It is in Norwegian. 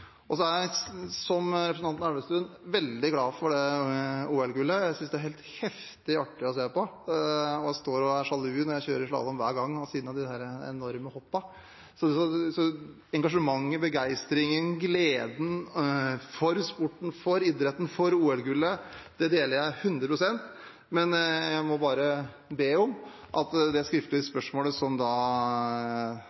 er, som representanten Elvestuen, veldig glad for det OL-gullet. Jeg synes det er helt heftig artig å se på, og jeg er sjalu når jeg kjører slalåm, hver gang, av synet av disse enorme hoppene. Så engasjementet, begeistringen, gleden over sporten, over idretten, over OL-gullet deler jeg 100 pst., men jeg må bare be om at det